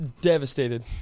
Devastated